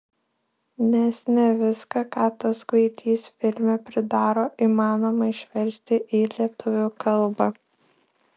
nes ne viską ką tas kvailys filme pridaro įmanoma išversti į lietuvių kalbą